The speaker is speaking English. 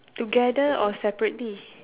together or separately